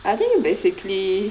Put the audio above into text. I think you basically